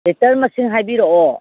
litre ꯃꯁꯤꯡ ꯍꯥꯏꯕꯤꯔꯛꯑꯣ